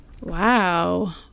Wow